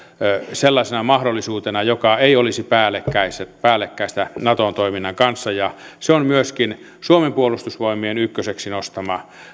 sellaisena mahdollisuutena joka ei olisi päällekkäistä naton toiminnan kanssa ja se on myöskin suomen puolustusvoimien ykköseksi nostama